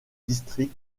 district